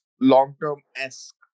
long-term-esque